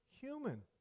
human